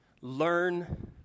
learn